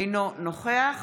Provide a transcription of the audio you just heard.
אינו נוכח